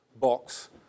box